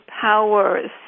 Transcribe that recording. powers